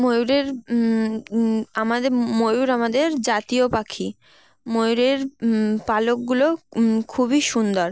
ময়ূরের আমাদের ময়ূর আমাদের জাতীয় পাখি ময়ূরের পালকগুলো খুবই সুন্দর